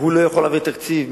וראש המועצה לא יכול להביא תקציב,